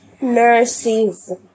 nurses